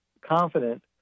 confident